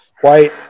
White